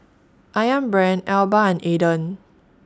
Ayam Brand Alba and Aden